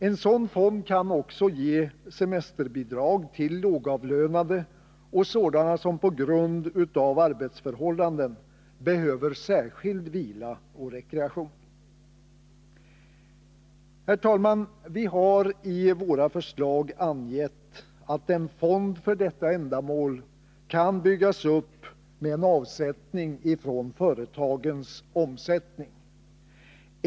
En sådan fond kan också ge semesterbidrag till lågavlönade och sådana som på grund av arbetsförhållanden behöver särskild vila och rekreation. Herr talman! Vi har i våra förslag angett att en fond för detta ändamål kan byggas upp med en avsättning från företagens omsättning.